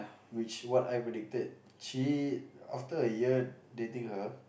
which what I predicted she after a year dating her